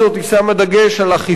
היא שמה דגש על אכיפה,